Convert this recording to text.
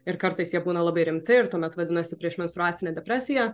ir kartais jie būna labai rimti ir tuomet vadinasi priešmenstruacinė depresija